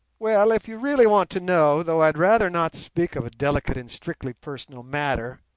well, if you really want to know, though i'd rather not speak of a delicate and strictly personal matter,